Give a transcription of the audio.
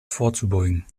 vorzubeugen